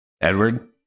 Edward